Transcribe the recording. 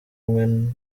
w’ubumwe